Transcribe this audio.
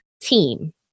team